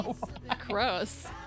gross